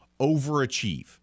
overachieve